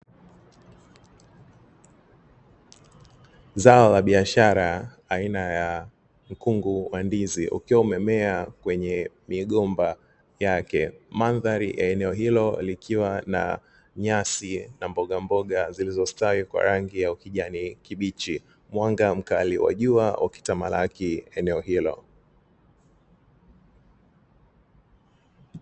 Zao la biashara aina ya mkungu wa ndizi, ukiwa umemea kwenye migomba yake. Mandhari ya eneo hilo likiwa na nyasi na mboga mboga zilizostawi kwa rangi ya kijani kibichi mwanga mkali wa jua wa ukitamalaki eneo hilo.